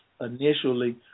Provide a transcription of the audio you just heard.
initially